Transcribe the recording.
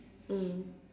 mm